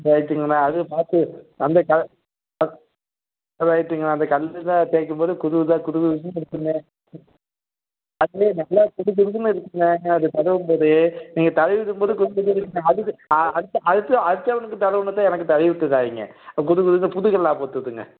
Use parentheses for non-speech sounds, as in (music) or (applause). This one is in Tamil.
ரைட்டுங்கண்ணே அது பாட்டு அந்த கதை (unintelligible) ரைட்டுங்கண்ணே அந்த கல்லு தான் தேய்க்கும் போது குதுதா குதுகுதுனு இருக்குதுண்ணே அண்ணே நல்லா குதுகுதுன்னு இருக்குண்ணே அதை தடவும் போது நீங்கள் தடவி விடும் போது குளுகுளுன்னு இருக்குது (unintelligible) அடுத்த அடுத்த அடுத்தவனுக்கு தடவினத எனக்கு தடவி விட்டுறாதீங்க குதுகுதுன்னு புது கல்லாக போட்டு விடுங்க